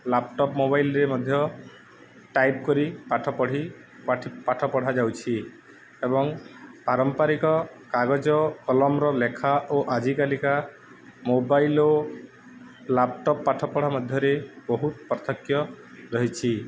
laptop ମୋବାଇଲରେ ମଧ୍ୟ type କରି ପାଠ ପଢ଼ି ପାଠ ପଢ଼ା ଯାଉଛି ଏବଂ ପାରମ୍ପାରିକ କାଗଜ କଲମର ଲେଖା ଓ ଆଜିକାଲିକା ମୋବାଇଲ ଓ ଲାପଟପ୍ ପାଠପଢ଼ା ମଧ୍ୟରେ ବହୁତ ପାର୍ଥକ୍ୟ ରହିଛି